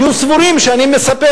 יהיו סבורים שאני מספר,